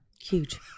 Huge